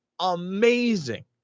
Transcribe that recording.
amazing